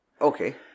Okay